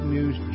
News